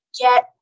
get